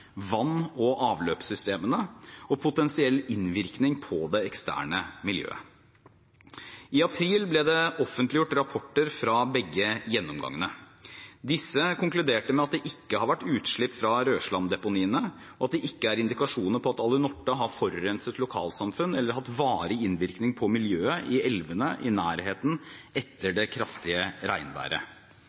vann- og avløpssystemene og potensiell innvirkning på det eksterne miljøet. I april ble det offentliggjort rapporter fra begge gjennomgangene. Disse konkluderte med at det ikke har vært utslipp fra rødslamdeponiene, og at det ikke er indikasjoner på at Alunorte har forurenset lokalsamfunn eller hatt varig innvirkning på miljøet i elvene i nærheten etter det kraftige regnværet.